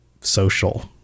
social